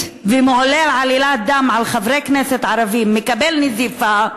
ומעליל עלילת דם על חברי כנסת ערבים מקבל נזיפה,